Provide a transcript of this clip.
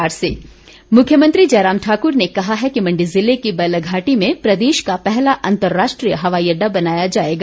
airport मुख्यमंत्री जयराम ठाकुर ने कहा है कि मण्डी ज़िले की बल्ह घाटी में प्रदेश का पहला अंतर्राष्ट्रीय हवाई अड्डा बनाया जाएगा